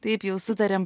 taip jau sutarėm